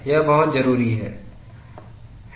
यह बहुत ज़रूरी है